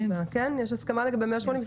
יש הסכמה לגבי ה-180 ימים?